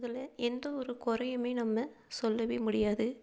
அதில் எந்த ஒரு குறையுமே நம்ம சொல்லவே முடியாது